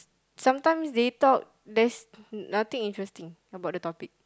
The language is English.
sometimes they talk there's nothing interesting about the topic